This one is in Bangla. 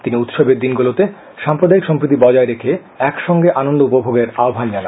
তিনি উৎসবের দিনগুলিতে সাম্প্রদায়িক সম্প্রীতি বজায় রেখে একসঙ্গে আনন্দ উপভোগের আহ্বান জানান